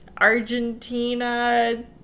Argentina